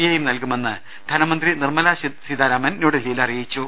ഐയും നൽകുമെന്ന് ധനമന്ത്രി നിർമല സീതാരാമൻ ന്യൂഡൽഹിയിൽ അറിയിച്ചു